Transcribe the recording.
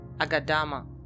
Agadama